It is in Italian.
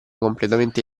completamente